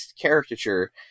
caricature